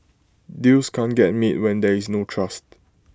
deals can't get made when there is no trust